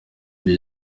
ibyo